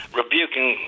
rebuking